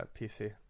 PC